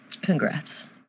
Congrats